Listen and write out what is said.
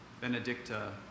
Benedicta